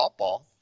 softball